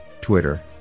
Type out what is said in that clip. Twitter